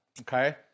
Okay